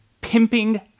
pimping